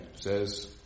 says